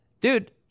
dude